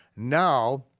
now,